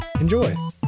Enjoy